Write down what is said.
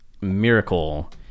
miracle